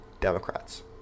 Democrats